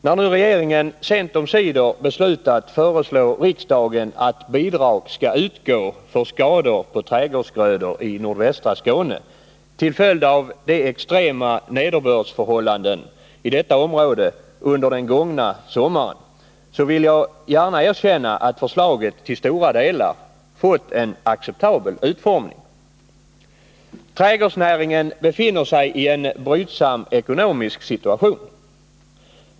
När nu regeringen sent omsider beslutat föreslå riksdagen att bidrag skall utgå för skador på trädgårdsgrödor i nordvästra Skåne till följd av de extrema nederbördsförhållandena i detta område under den gångna sommaren vill jag gärna erkänna att förslaget till stora delar fått en acceptabel utformning. Trädgårdsnäringen befinner sig i en mycket brydsam ekonomisk situation.